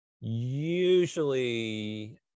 usually